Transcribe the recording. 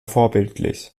vorbildlich